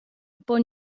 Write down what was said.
pon